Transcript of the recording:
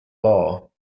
law